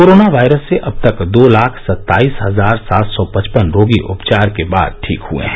corona virus से अब तक दो लाख सत्ताईस हजार सात सौ पचपन रोगी उपचार के बाद ठीक हुए हैं